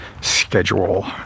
schedule